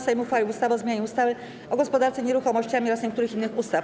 Sejm uchwalił ustawę o zmianie ustawy o gospodarce nieruchomościami oraz niektórych innych ustaw.